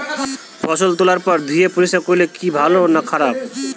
ফসল তোলার পর ধুয়ে পরিষ্কার করলে কি ভালো না খারাপ?